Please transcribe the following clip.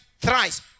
thrice